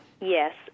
Yes